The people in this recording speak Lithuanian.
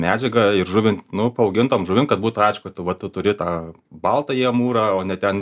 medžiagą ir žuvint nu paaugintom žuvim kad būtų aišku tu va tu turi tą baltąjį amūrą o ne ten